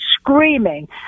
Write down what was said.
screaming